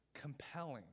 compelling